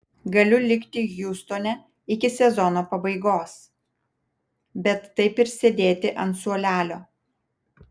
galiu likti hjustone iki sezono pabaigos bet taip ir sėdėti ant suolelio